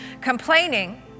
complaining